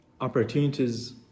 opportunities